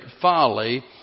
folly